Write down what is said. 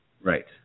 Right